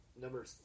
number